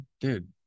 dude